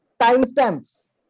timestamps